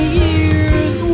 years